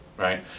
right